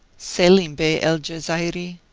selim bey el-jezairi,